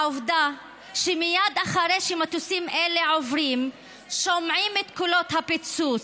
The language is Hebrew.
העובדה שמייד אחרי שמטוסים אלה עוברים שומעים את קולות הפיצוץ,